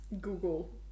Google